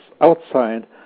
outside